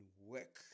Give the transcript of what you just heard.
work